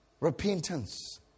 Repentance